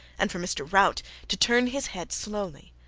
and for mr. rout to turn his head slowly,